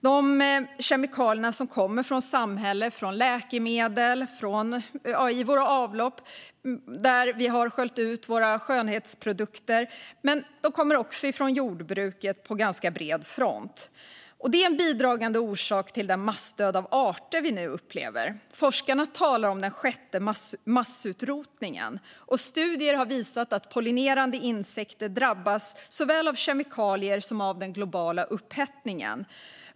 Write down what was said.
Det kommer kemikalier från samhället, från läkemedel och från våra avlopp där vi har sköljt ut våra skönhetsprodukter. Men de kommer också från jordbruket på ganska bred front. De är en bidragande orsak till den massdöd av arter vi nu upplever. Forskarna talar om den sjätte massutrotningen. Studier har visat att pollinerande insekter drabbas såväl av kemikalier som av den globala upphettningen.